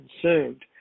consumed